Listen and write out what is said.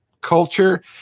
culture